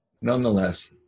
nonetheless